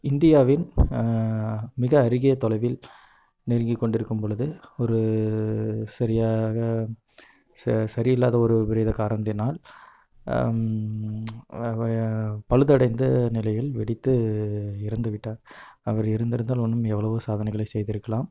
இந்தியாவின் மிக அருகே தொலைவில் நெருங்கிக் கொண்டிருக்கும்பொழுது ஒரு சரியாக ச சரியில்லாத ஒரு விரைத காரணத்தினால் பழுதடைந்து நிலையில் வெடித்து இறந்து விட்டார் அவர் இருந்திருந்தால் இன்னும் எவ்வளவோ சாதனைகளைச் செய்திருக்கலாம்